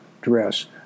dress